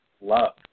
love